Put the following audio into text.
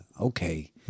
okay